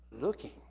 looking